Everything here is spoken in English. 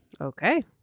Okay